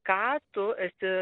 ką tu esi